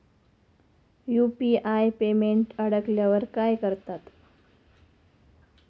UPI payment अडकल्यावर काय करतात?